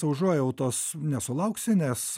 užuojautos nesulauksi nes